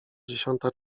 dziesiąta